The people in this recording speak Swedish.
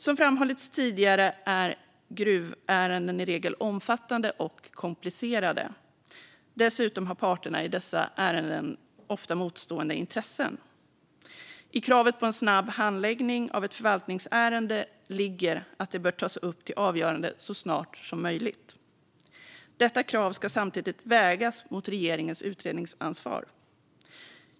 Som framhållits tidigare är gruvärenden i regel omfattande och komplicerade. Dessutom har parterna i dessa ärenden ofta motstående intressen. I kravet på en snabb handläggning av ett förvaltningsärende ligger att det bör tas upp till avgörande så snart som möjligt. Detta krav ska samtidigt vägas mot regeringens utredningsansvar.